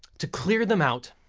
to clear them out.